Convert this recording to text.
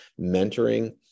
mentoring